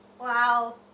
Wow